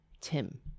Tim